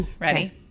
Ready